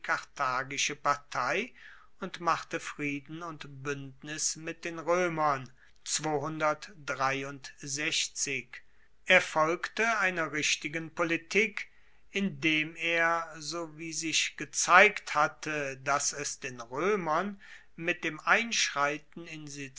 karthagische partei und machte frieden und buendnis mit den roemern er folgte einer richtigen politik indem er sowie sich gezeigt hatte dass es den roemern mit dem einschreiten